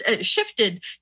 shifted